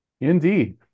Indeed